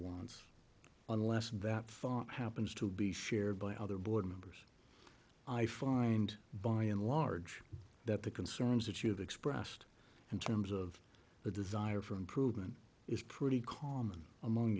wants unless that thought happens to be shared by other board members i find by and large that the concerns that you've expressed in terms of the desire for improvement is pretty common among